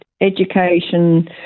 education